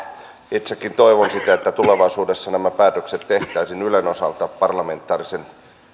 itsekin toivon sitä että tulevaisuudessa nämä päätökset tehtäisiin ylen osalta parlamentaarisen